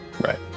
right